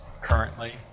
currently